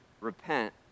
Repent